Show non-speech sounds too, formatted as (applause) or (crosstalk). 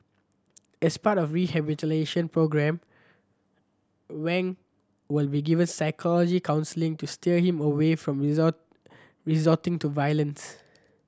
as part of rehabilitation programme Wang will be given psychological counselling to steer him away from (unintelligible) resorting to violence